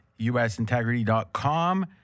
usintegrity.com